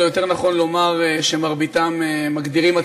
או יותר נכון לומר שמרביתם מגדירים את